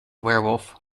werewolf